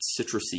citrusy